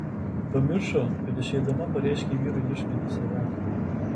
pamiršo kad išeidama pareiškė vyrui ieškanti savęs